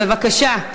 בבקשה,